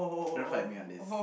don't fight me on this